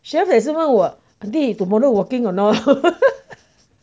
chef also 问我 auntie tomorrow working or not